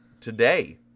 today